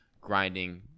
grinding